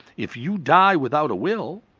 if you die without a will,